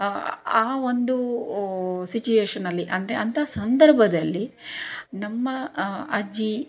ಆ ಒಂದು ಸಿಚುಯೇಷನಲ್ಲಿ ಅಂದರೆ ಅಂತ ಸಂದರ್ಭದಲ್ಲಿ ನಮ್ಮ ಅಜ್ಜಿ